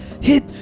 Hit